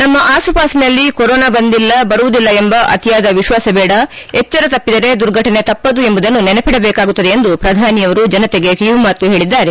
ನಮ್ಮ ಆಸುಪಾಸಿನಲ್ಲಿ ಕೊರೋನಾ ಬಂದಿಲ್ಲ ಬರುವುದಿಲ್ಲ ಎಂಬ ಅತಿಯಾದ ವಿಶ್ವಾಸ ಬೇಡ ಎಚ್ಚರ ತಪ್ಪಿದರೆ ದುರ್ಘಟನೆ ತಪ್ಪದು ಎಂಬುದನ್ನು ನೆನಪಿಡಬೇಕಾಗುತ್ತದೆ ಎಂದು ಪ್ರಧಾನಮಂತ್ರಿ ಜನತೆಗೆ ಕಿವಿ ಮಾತು ಹೇಳಿದ್ದಾರೆ